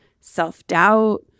self-doubt